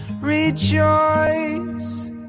Rejoice